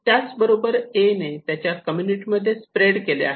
त्याबरोबरच ' ए' ने त्याच्या कम्युनिटीमध्ये स्प्रेड केले आहे